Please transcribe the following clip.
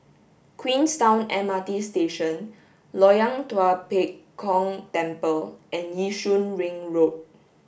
Queenstown M R T Station Loyang Tua Pek Kong Temple and Yishun Ring Road